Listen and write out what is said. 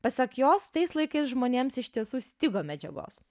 pasak jos tais laikais žmonėms iš tiesų stigo medžiagos